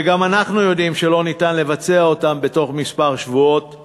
וגם אנחנו יודעים שלא ניתן לבצע אותם בתוך שבועות מספר,